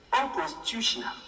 unconstitutional